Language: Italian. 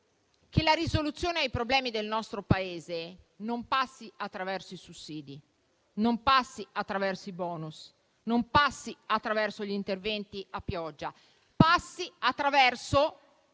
che la risoluzione ai problemi del nostro Paese non passi attraverso i sussidi, non passi attraverso i bonus, non passi attraverso gli interventi a pioggia, ma passi attraverso